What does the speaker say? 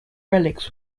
relics